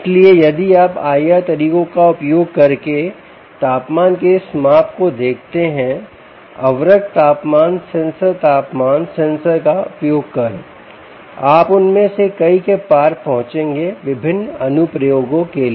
इसलिए यदि आप आईआर तरीकों का उपयोग करके तापमान के इस माप को देखते हैं अवरक्त तापमान सेंसर तापमान सेंसर का उपयोग कर आप उनमें से कई के पार पहुंचेंगे विभिन्न अनुप्रयोगों के लिए